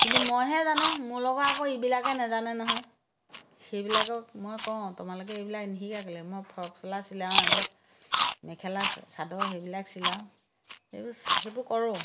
কিন্তু মইহে জানো মোৰ লগত আকৌ এইবিলাকে নেজানে নহয় সেইবিলাকক মই কওঁ তোমালোকে এইবিলাক নিশিকা কেলে মই ফ্ৰক চোলা চিলাওঁ আগত মেখেলা চাদৰ সেইবিলাক চিলাওঁ সেইবোৰ সেইবোৰ কৰোঁ